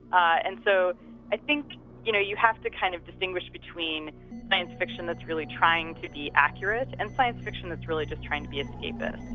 and so i think you know you have to kind of distinguish between science fiction that's really trying to be accurate, and science fiction that's really just trying to be escapist.